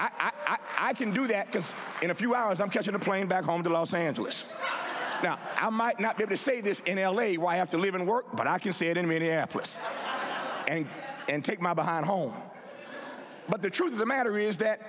that i can do that because in a few hours i'm catching a plane back home to los angeles i might not get to say this in l a why after leaving work but i can see it in minneapolis and take my behind home but the truth of the matter is that